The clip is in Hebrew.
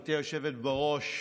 גברתי היושבת-ראש,